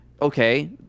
okay—